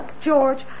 George